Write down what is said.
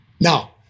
Now